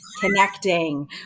connecting